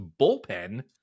bullpen